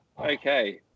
okay